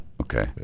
Okay